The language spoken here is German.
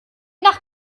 nach